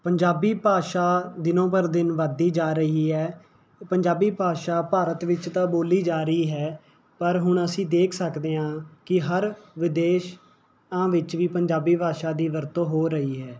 ਪੰਜਾਬੀ ਭਾਸ਼ਾ ਦਿਨੋਂ ਬਰ ਦਿਨ ਵੱਧਦੀ ਜਾ ਰਹੀ ਹੈ ਪੰਜਾਬੀ ਭਾਸ਼ਾ ਭਾਰਤ ਵਿੱਚ ਤਾਂ ਬੋਲੀ ਜਾ ਰਹੀ ਹੈ ਪਰ ਹੁਣ ਅਸੀਂ ਦੇਖ ਸਕਦੇ ਹਾਂ ਕਿ ਹਰ ਵਿਦੇਸ਼ਾਂ ਵਿੱਚ ਵੀ ਪੰਜਾਬੀ ਭਾਸ਼ਾ ਦੀ ਵਰਤੋਂ ਹੋ ਰਹੀ ਹੈ